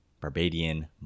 Barbadian